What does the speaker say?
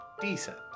decent